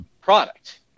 product